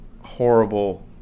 horrible